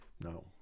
no